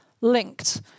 linked